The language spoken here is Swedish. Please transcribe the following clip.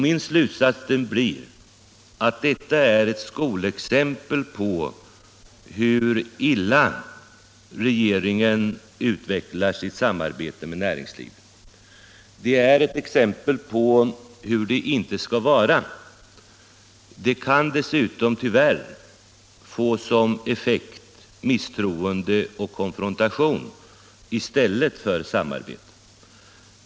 Min slutsats blir att detta är ett skolexempel på hur illa regeringen utvecklar sitt samarbete med näringslivet. Det är ett exempel på hur det inte skall vara. Det kan dessutom tyvärr få som effekt misstroende och konfrontation i stället för samarbete. Herr talman!